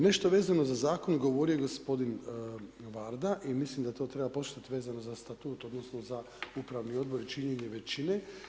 Nešto vezano za zakon govorio je gospodin Varda i mislim da to treba poštovat vezano za statut, odnosno za upravni odbor i činjenje većine.